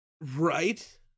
right